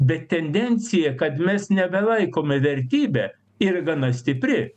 bet tendencija kad mes nebelaikome vertybe yra gana stipri